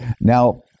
now